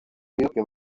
debido